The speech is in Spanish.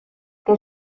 que